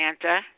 Santa